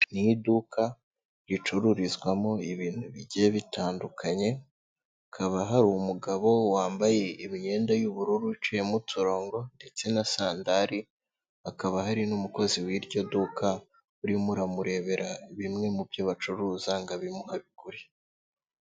Ni iduka ricururizwamo ibintu bigiye bitandukanye, akaba hari umugabo wambaye imyenda y'ubururuciye iciyemo utorongo ndetse na sandari, akaba hari n'umukozi w'iryo duka urimo uramurebera bimwe mu byo bacuruza ngo abimu abigure.